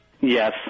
Yes